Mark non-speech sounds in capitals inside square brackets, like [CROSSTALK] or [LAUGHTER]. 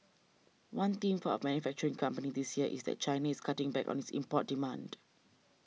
[NOISE] one theme for our manufacturing company this year is that Chinese cutting back on its import demand